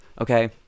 okay